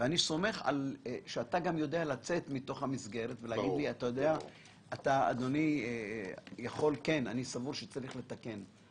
אני סומך שאתה יודע לצאת מתוך המסגרת ולהגיד לי: "אני סבור שצריך לתקן".